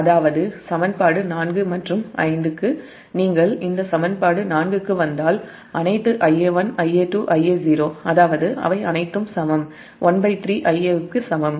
அதாவது சமன்பாடு 4 மற்றும் 5 க்கு வந்தால் அனைத்து Ia1 Ia2 Ia0 அதாவது அவை அனைத்தும் 13Ia க்கு சமம்